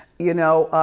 you know,